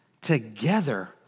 together